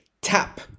tap